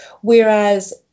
whereas